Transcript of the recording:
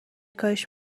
کاریش